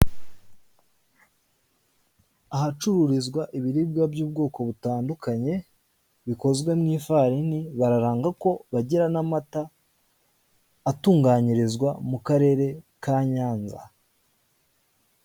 Ahacururizwa ibiribwa by'ubwoko butandukanye bikozwe mu ifarini bararanga ko bagira n'amata atunganyirizwa mu karere ka Nyanza.